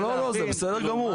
לא, לא, לא, זה בסדר גמור.